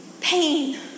pain